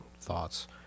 thoughts